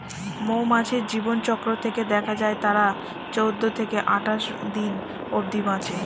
মৌমাছির জীবনচক্র থেকে দেখা যায় তারা চৌদ্দ থেকে আটাশ দিন অব্ধি বাঁচে